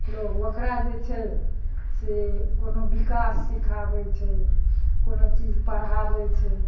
लोग ओकरा जे छै से कोनो विकास सीखाबै छै कोनो चीज पढ़ाबै छै